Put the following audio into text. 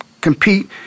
compete